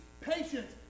patience